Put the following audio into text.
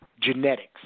genetics